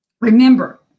remember